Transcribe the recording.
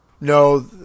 No